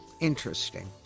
interesting